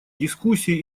дискуссии